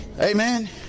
Amen